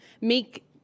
make